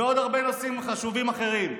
ועוד הרבה נושאים חשובים אחרים.